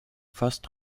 fast